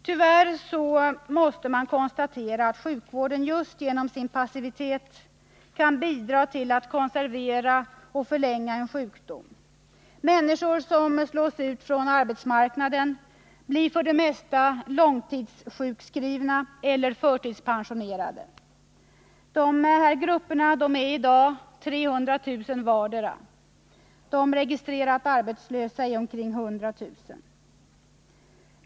Tyvärr måste man konstatera att sjukvården just genom sin passivitet kan bidra till att konservera och förlänga en sjukdom. Människor som slås ut från arbetsmarknaden blir för det mesta långtidssjukskrivna eller förtidspensionerade. Dessa grupper är i dag 300 000 vardera. De registrerat arbetslösa är omkring 100 000.